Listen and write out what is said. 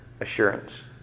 assurance